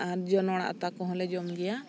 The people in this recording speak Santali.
ᱟᱨ ᱡᱚᱱᱚᱲ ᱟᱛᱟ ᱠᱚᱦᱚᱸ ᱞᱮ ᱡᱚᱢ ᱜᱮᱭᱟ